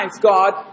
God